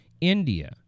India